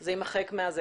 זה יימחק.